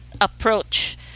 approach